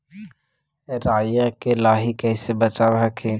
राईया के लाहि कैसे बचाब हखिन?